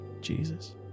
Jesus